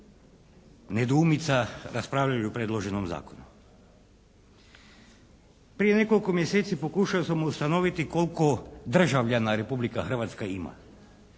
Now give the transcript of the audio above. nedoumica raspravljali o predloženom zakonu. Prije nekoliko mjeseci pokušao sam ustanoviti koliko državljana Republika Hrvatska ima